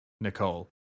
Nicole